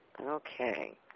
Okay